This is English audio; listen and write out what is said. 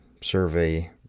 survey